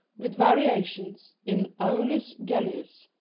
with varia tions, in aulus gellius.